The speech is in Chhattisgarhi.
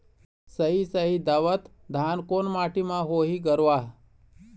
साही शाही दावत धान कोन माटी म होही गरवा?